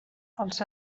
els